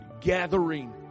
gathering